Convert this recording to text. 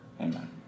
amen